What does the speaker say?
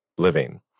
living